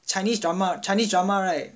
chinese drama chinese drama right